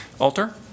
Alter